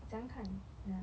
怎样看 wait ah